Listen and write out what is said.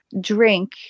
drink